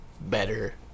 better